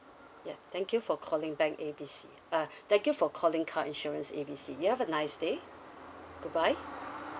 yeah thank you for calling bank A B C uh thank you for calling car insurance A B C hope you have a nice day good bye